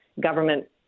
government